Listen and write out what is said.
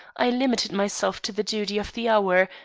i limited myself to the duty of the hour,